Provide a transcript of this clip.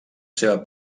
seva